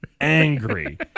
angry